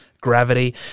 gravity